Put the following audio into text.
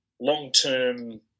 long-term